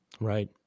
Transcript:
Right